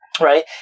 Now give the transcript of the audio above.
Right